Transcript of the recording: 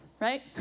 Right